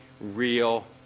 real